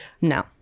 no